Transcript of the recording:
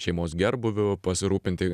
šeimos gerbūviu pasirūpinti